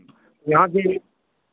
यहाँ की